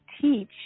teach